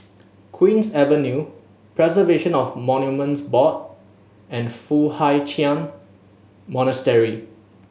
Queen's Avenue Preservation of Monuments Board and Foo Hai Ch'an Monastery